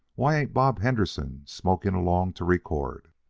why ain't bob henderson smoking along to record?